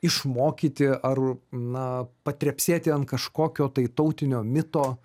išmokyti ar na patrepsėti ant kažkokio tai tautinio mito